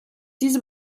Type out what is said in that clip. diese